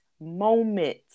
moment